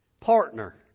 partner